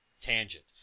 Tangent